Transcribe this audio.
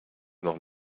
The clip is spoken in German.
noch